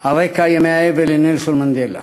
על רקע ימי האבל על נלסון מנדלה.